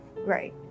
Right